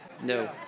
No